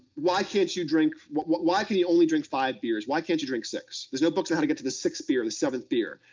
why can't you drink. why can you only drink five beers? why can't you drink six? there's no books on how to get to the sixth beer, the seventh beer.